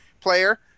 player